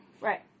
Right